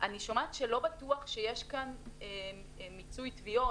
אני שומעת שלא בטוח שיש כאן מיצוי תביעות,